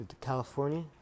California